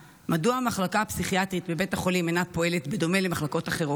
סדר-היום, נאומים בני דקה.